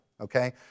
okay